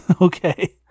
Okay